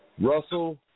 Russell